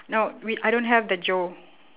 no we I don't have the joe